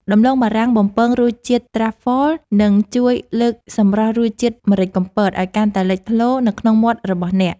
ដំឡូងបារាំងបំពងរសជាតិត្រាហ្វហ្វលនឹងជួយលើកសម្រស់រសជាតិម្រេចកំពតឱ្យកាន់តែលេចធ្លោនៅក្នុងមាត់របស់អ្នក។